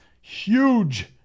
Huge